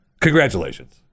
Congratulations